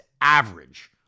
average